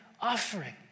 offering